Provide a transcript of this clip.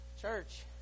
Church